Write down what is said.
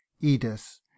Edith